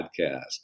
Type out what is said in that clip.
podcast